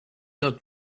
not